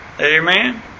Amen